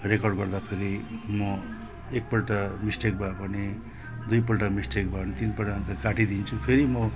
record गर्दाखेरि म एकपल्ट मिस्टेक भयो भने दुईपल्ट मिस्टेक भयो भने तिनपल्ट अन्त काटिदिन्छु फेरि म